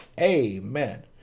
Amen